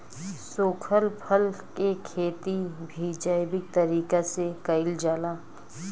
सुखल फल के खेती भी जैविक तरीका से कईल जाला